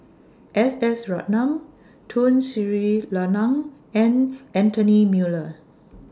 S S Ratnam Tun Sri Lanang and Anthony Miller